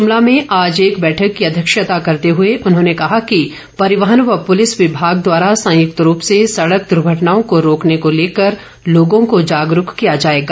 शिमला में आज एक बैठक की अध्यक्षता करते हुए उन्होंने कहा कि परिवहन व पुलिस विभाग द्वारा संयुक्त रूप से सड़क द्र्घटनाओं को रोकने को लेकर लोगों को जागरूक किया जाएगा